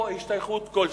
או השתייכות כלשהי.